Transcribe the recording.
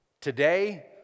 today